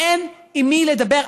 אין עם מי לדבר.